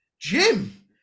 Jim